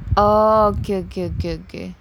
oh okay okay okay okay